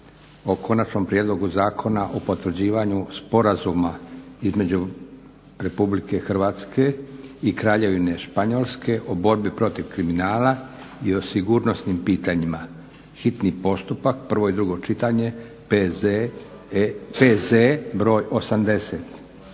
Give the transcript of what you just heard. - Konačni prijedlog Zakona o potvrđivanju Sporazuma između Republike Hrvatske i Kraljevine Španjolske o borbi protiv kriminala i o sigurnosnim pitanjima, hitan postupak, prvo i drugo čitanje, P.Z. br. 80